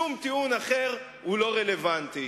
שום טיעון אחר הוא לא רלוונטי.